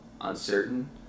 uncertain